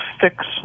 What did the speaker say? fix